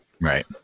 right